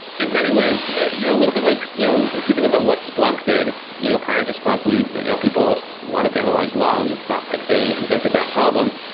in many ways, a ah little bit like you know if you think about what splunk did. you know prior to splunk, yeah people wanted to analyze logs. it's not like they invented that problem,